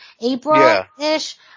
April-ish